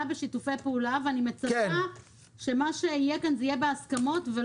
בשיתופי פעולה ואני מצפה שמה שיתקבל כאן יהיה בהסכמות.